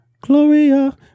Gloria